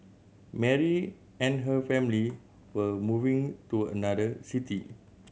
Mary and her family were moving to another city